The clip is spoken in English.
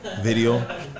video